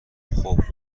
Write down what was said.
خوب